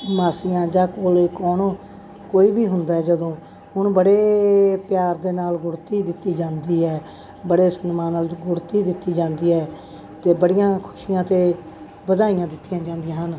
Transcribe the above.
ਮਾਸੀਆਂ ਜਾਂ ਕੋਲ ਕੌਣ ਕੋਈ ਵੀ ਹੁੰਦਾ ਜਦੋਂ ਉਹਨੂੰ ਬੜੇ ਪਿਆਰ ਦੇ ਨਾਲ ਗੁੜਤੀ ਦਿੱਤੀ ਜਾਂਦੀ ਹੈ ਬੜੇ ਸਕੀਮਾਂ ਨਾਲ ਗੁੜਤੀ ਦਿੱਤੀ ਜਾਂਦੀ ਹੈ ਅਤੇ ਬੜੀਆਂ ਖੁਸ਼ੀਆਂ ਅਤੇ ਵਧਾਈਆਂ ਦਿੱਤੀਆਂ ਜਾਂਦੀਆਂ ਹਨ